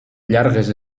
llargues